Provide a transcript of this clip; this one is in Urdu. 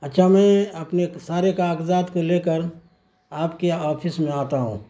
اچھا میں اپنے سارے کاغذات کو لے کر آپ کے آفس میں آتا ہوں